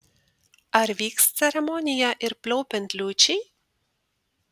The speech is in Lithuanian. ar vyks ceremonija ir pliaupiant liūčiai